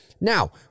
Now